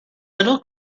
little